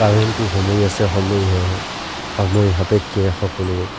কাৰণটো সময় আছে সময় অঁ সময় সাপেক্ষে সকলো